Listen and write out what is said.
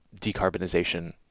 decarbonization